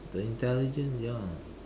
the intelligence ya